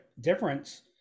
difference